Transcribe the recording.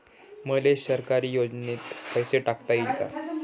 मले सरकारी योजतेन पैसा टाकता येईन काय?